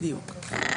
בדיוק.